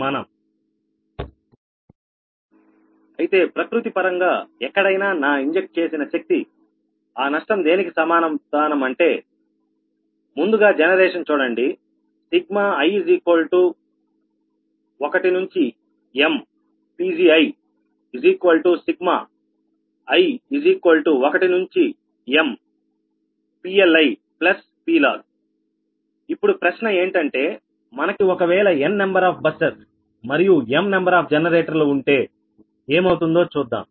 మనం అయితే ప్రకృతి పరంగా ఎక్కడైనా నా ఇంజెక్ట్ చేసిన శక్తి ఆ నష్టం దేనికి సమాధానం అంటే ముందుగా జనరేషన్ చూడండి i1mPgii1nPLiPloss ఇప్పుడు ప్రశ్న ఏంటంటే మనకి ఒకవేళ n నెంబర్ ఆఫ్ బస్సెస్ మరియు m నెంబర్ ఆఫ్ జనరేటర్లు ఉంటే ఏమవుతుందో చూద్దాం